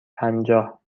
پنجاه